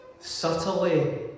subtly